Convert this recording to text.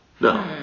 no